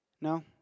No